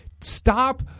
stop